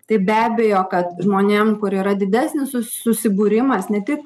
tai be abejo kad žmonėm kur yra didesnis susibūrimas ne tik